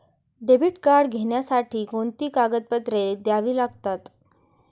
Debit card घेण्यासाठी कोणती कागदपत्रे द्यावी लागतात?